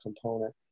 component